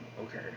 Okay